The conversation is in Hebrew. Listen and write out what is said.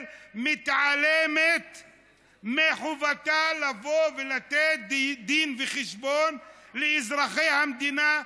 מתעלמים מחובתם לבוא ולתת דין וחשבון לאזרחי המדינה,